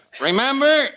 Remember